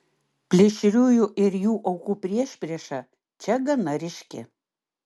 plėšriųjų ir jų aukų priešprieša čia gana ryški